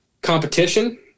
Competition